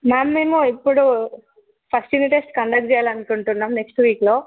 ma'am మేము ఇప్పుడు first unit test conduct చెయ్యాలనుకుంటున్నాం నెక్స్ట్ వీక్లో